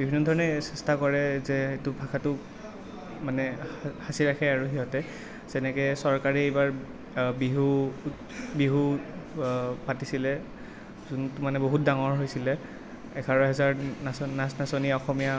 বিভিন্ন ধৰণে চেষ্টা কৰে যে এইটো ভাষাটো মানে সা সাঁচি ৰাখে আৰু সিহঁতে যেনেকৈ চৰকাৰে এইবাৰ বিহু বিহু পাতিছিলে যোনটো মানে বহুত ডাঙৰ হৈছিলে এঘাৰ হাজাৰ নাচ নাচ নাচনী অসমীয়া